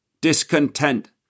discontent